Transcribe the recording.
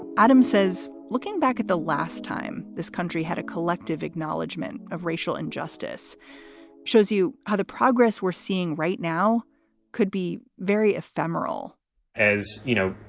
adams says looking back at the last time this country had a collective acknowledgement of racial injustice shows you how the progress we're seeing right now could be very ephemeral as you know,